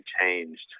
changed